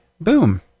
boom